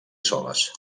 soles